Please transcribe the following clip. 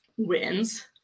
wins